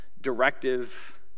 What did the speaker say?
directive